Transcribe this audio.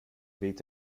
weht